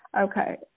Okay